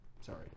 Sorry